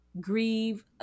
grieve